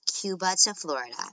Cuba-to-Florida